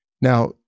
Now